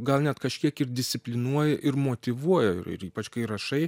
gal net kažkiek ir disciplinuoja ir motyvuoja ir ir ypač kai rašai